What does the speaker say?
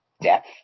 death